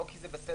לא כי זה בסדר,